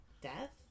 Death